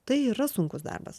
tai yra sunkus darbas